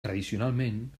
tradicionalment